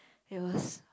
it was